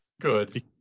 Good